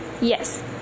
Yes